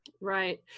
Right